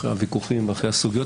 אחרי הוויכוחים ואחרי הסוגיות,